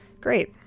Great